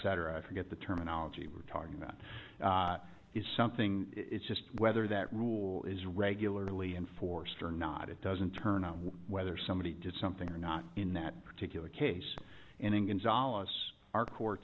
sad or i forget the terminology we're talking about is something it's just whether that rule is regularly enforced or not it doesn't turn on whether somebody did something or not in that particular case in england solace our court